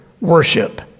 worship